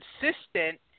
consistent